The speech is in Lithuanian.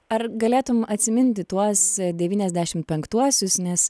ar galėtum atsiminti tuos devyniasdešimt penktuosius nes